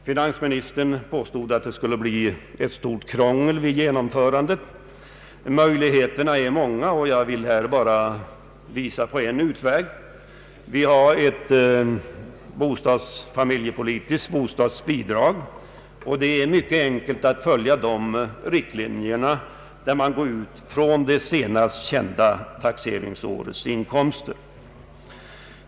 Finansministern påstod att genomförandet skulle innebära mycket krångel. Möjligheterna är emellertid många, och jag vill bara visa på en utväg. Vi har i dag ett familjepolitiskt bostadsbidrag, och det är mycket enkelt att följa riktlinjerna för beräkningen av detta, som innebär att man utgår från det senast kända taxeringsårets inkomster.